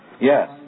Yes